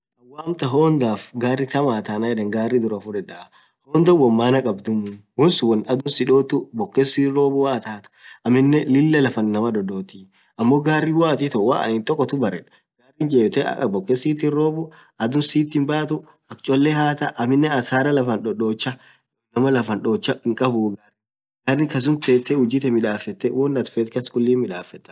woo amtaan hondaf gari kaam hathaa Annan yedhe gari dhurah fudhedha hondhaa won maaan khabdhumuu wonn suun won adhuu si dhothuu bokken sitth robbah Mal athin hathuu aminen Lilah lafaaan inamaa dhadhothi ammo gari woo anin ithoo won tokkothu baredhu gariin jebdhithe bokken sitth hinrobbu adhuu sitt hinbadhuu akha cholee hathaaa aminen hasaraaa laff dhodhocha inamaa laffan dhodhocha hinkhabuu gari kassum thethe hujjji thee midhafetthe won attin fethu khuliii kas hinn midhafetha